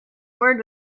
word